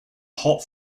hot